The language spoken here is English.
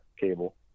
cable